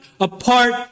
apart